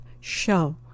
show